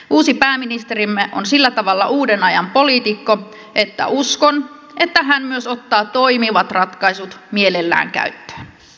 uusi pääministerimme on sillä tavalla uuden ajan poliitikko että uskon että hän myös ottaa toimivat ratkaisut mielellään käyttöön